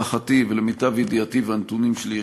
להערכתי ולמיטב ידיעתי והנתונים שלי,